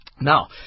Now